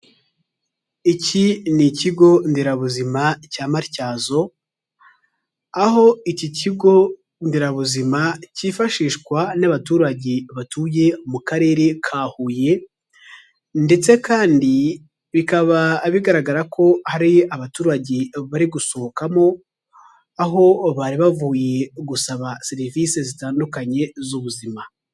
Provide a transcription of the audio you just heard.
Iki ni ikigo nderabuzima cya Matyazo, aho iki kigo nderabuzima cyifashishwa n'abaturage batuye mu karere ka Huye ndetse kandi bikaba bigaragara ko hari abaturage bari gusohokamo aho bari bavuye gusaba serivisi zitandukanye z'ubuzima.